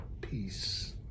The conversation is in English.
Peace